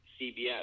CBS